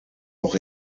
nog